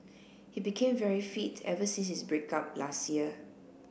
he became very fit ever since his break up last year